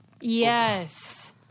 yes